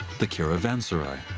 the caravanserai.